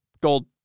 Gold